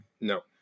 no